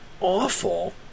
awful